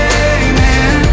amen